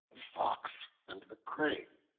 the fox and the crane